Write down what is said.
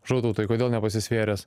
žutautai kodėl nepasisvėręs